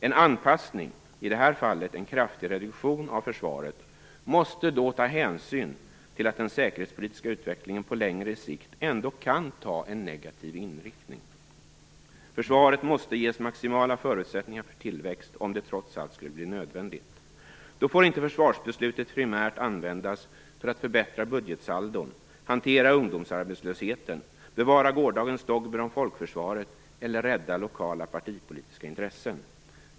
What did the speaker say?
En anpassning, i det här fallet en kraftig reduktion, av försvaret måste då ta hänsyn till att den säkerhetspolitiska utvecklingen på längre sikt ändå kan ta en negativ riktning. Försvaret måste ges maximala förutsättningar för tillväxt, om det trots allt skulle bli nödvändigt. Då får inte försvarsbeslutet primärt användas för att förbättra budgetsaldon, hantera ungdomsarbetslösheten, bevara gårdagens dogmer om folkförsvaret eller rädda lokala partipolitiska intressen.